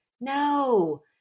No